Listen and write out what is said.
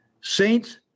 Saints